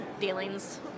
dealings